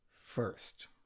first